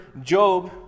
Job